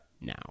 now